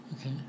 Okay